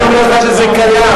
אני אומר לך שזה קיים.